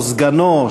או סגנו,